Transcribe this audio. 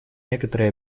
некоторые